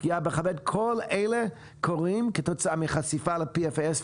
פגיעה בכבד כל אלה קורים כתוצאה מחשיפה ל-PFAS.